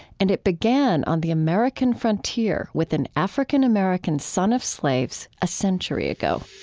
and it began on the american frontier with an african-american son of slaves, a century ago